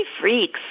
Freaks